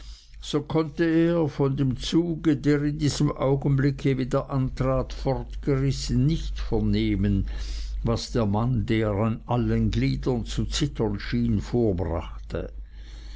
so konnte er von dem zuge der in diesem augenblick wieder antrat fortgerissen nicht vernehmen was der mann der an allen gliedern zu zittern schien vorbrachte